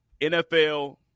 NFL